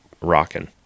rocking